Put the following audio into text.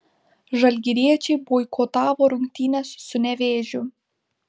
žalgiriečiai boikotavo rungtynes su nevėžiu